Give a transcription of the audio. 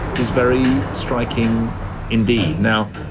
is very striking indeed. now,